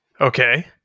Okay